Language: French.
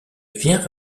vient